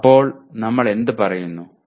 അപ്പോൾ നമ്മൾ എന്ത് പറയുന്നു